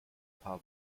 paar